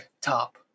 top